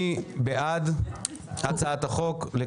מי בעד הצעת החוק?